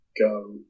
go